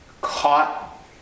caught